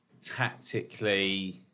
tactically